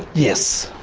yes,